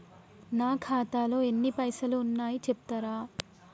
నా ఖాతాలో ఎన్ని పైసలు ఉన్నాయి చెప్తరా?